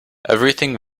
everything